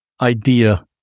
idea